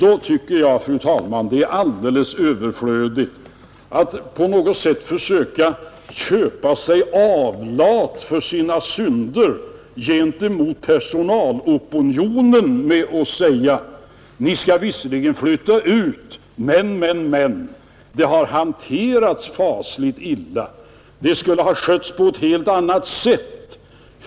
Då tycker jag, fru talman, att det är alldeles överflödigt att på något sätt försöka köpa sig avlat för sina synder gentemot personalopinionen med att säga: Ni skall visserligen flytta ut, men, men — det här har hanterats fasligt illa. Det skulle ha skötts på ett helt annat sätt.